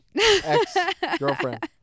ex-girlfriend